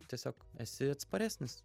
tiesiog esi atsparesnis